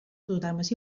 programes